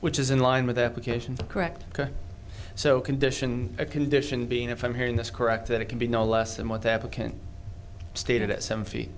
which is in line with application correct correct so condition a condition being if i'm hearing this correct that it can be no less than what happened can stated at some feet